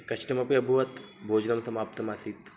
कष्टमपि अभवत् भोजनं समाप्तमासीत्